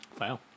Wow